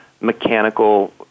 mechanical